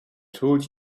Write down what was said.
told